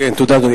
תודה, אדוני.